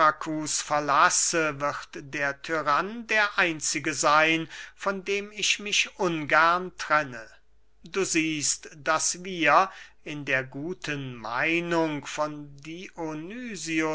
verlasse wird der tyrann der einzige seyn von dem ich mich ungern trenne du siehst daß wir in der guten meinung von